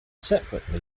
separately